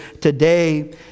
today